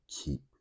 keep